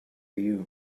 you